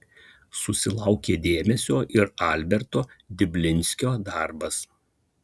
susilaukė dėmesio ir alberto diblinskio darbas